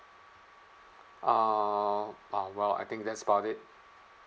ah !wow! well I think that's about it